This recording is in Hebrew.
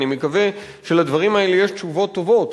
אני מקווה שלדברים האלה יש תשובות טובות.